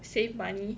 save money